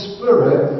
Spirit